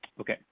Okay